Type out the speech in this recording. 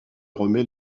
remet